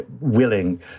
willing